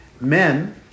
men